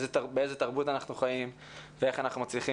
באיזו תרבות אנחנו חיים ואיך אנחנו מצליחים